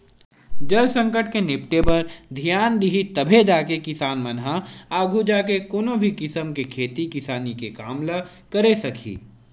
जल संकट ले निपटे बर धियान दिही तभे जाके किसान मन ह आघू जाके कोनो भी किसम के खेती किसानी के काम ल करे सकही